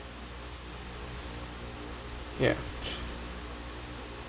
ya